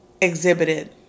exhibited